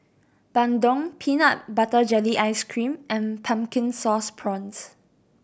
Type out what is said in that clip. bandung peanut butter jelly ice cream and Pumpkin Sauce Prawns